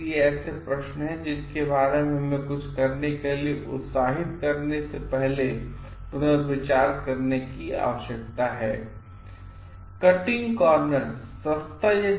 इसलिए ये ऐसे प्रश्न हैं जिनके बारे में हमेंकुछकरने के लिए उत्साहित करने से पहले पुनर्विचार करने की आवश्यकताहै